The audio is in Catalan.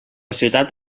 ciutat